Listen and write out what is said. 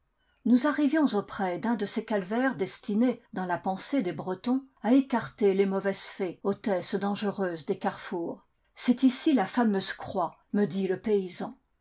nous arrivions auprès d'un de ces calvaires destinés dans la pensée des bretons à écarter les mauvaises fées hôtesses dangereuses des carrefours c'est ici la fameuse croix me dit le paysan